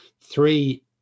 three